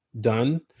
done